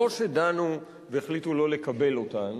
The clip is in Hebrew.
לא שדנו והחליטו לא לקבל אותן